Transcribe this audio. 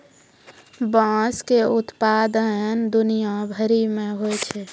बाँस के उत्पादन दुनिया भरि मे होय छै